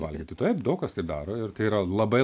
valgyti taip daug kas tai daro ir tai yra labai